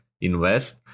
invest